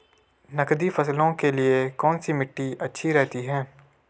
नकदी फसलों के लिए कौन सी मिट्टी अच्छी रहती है?